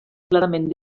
clarament